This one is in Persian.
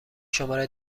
شماره